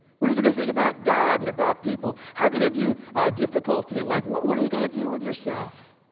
what are you gonna think about god and about people? how you gonna view difficulty in life? what what are you gonna do with yourself?